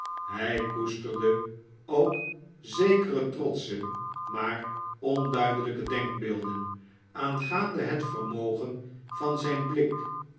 hij koesterde ook zekere trotsche maar onduidelijke denkbeelden aangaande het vermogen van zijn blik